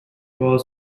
was